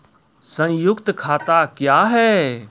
संयुक्त खाता क्या हैं?